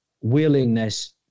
willingness